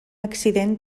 accident